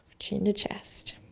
chin to chest.